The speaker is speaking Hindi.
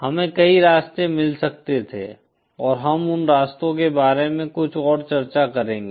हमें कई रास्ते मिल सकते थे और हम उन रास्तों के बारे में कुछ और चर्चा करेंगे